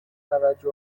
توجه